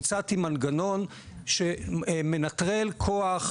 הצעתי מנגנון שמנטרל כוח,